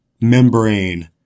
membrane